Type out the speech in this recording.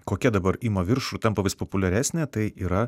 kokia dabar ima viršų tampa vis populiaresnė tai yra